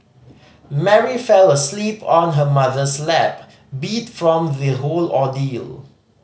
Mary fell asleep on her mother's lap beat from the whole ordeal